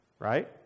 Right